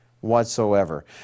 whatsoever